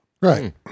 Right